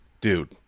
Dude